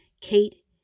Kate